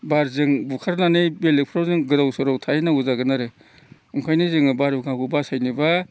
बारजों बुखारनानै बेलेकफ्राव जों गोदाव सोराव थाहैनांगौ जागोन आरो ओंखायनो जोङो बारहुंखाखौ बासायनोब्ला